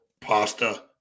Pasta